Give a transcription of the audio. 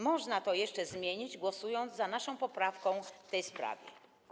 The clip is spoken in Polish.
Można to jeszcze zmienić, głosując za naszą poprawką w tej sprawie.